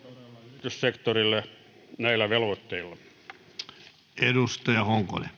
yrityssektorille näillä velvoitteilla